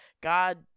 God